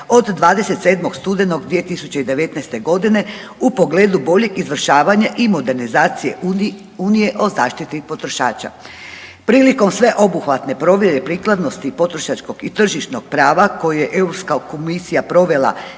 od 27. studenog 2019.g. u pogledu boljeg izvršavanja i modernizacije unije o zaštiti potrošača. Prilikom sveobuhvatne provjere i prikladnosti i potrošačkog i tržišnog prava koje je Europska komisija provela